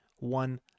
one